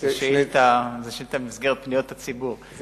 זו שאילתא במסגרת פניות הציבור,